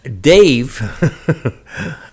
Dave